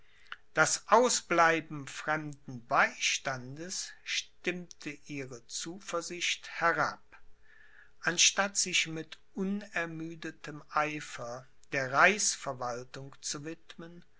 das ausbleiben fremden beistandes stimmte ihre zuversicht herab anstatt sich mit unermüdetem eifer der reichsverwaltung zu widmen